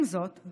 עם זאת,